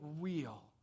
real